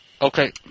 Okay